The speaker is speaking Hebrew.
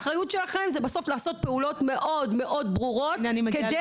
האחריות שלכם היא לעשות בסוף פעולות מאוד מאוד ברורות כדי